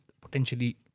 potentially